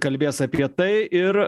kalbės apie tai ir